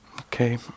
Okay